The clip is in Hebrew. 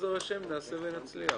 בעזר השם נעשה ונצליח.